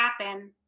happen